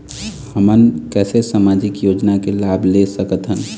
हमन कैसे सामाजिक योजना के लाभ ले सकथन?